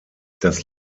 das